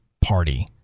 Party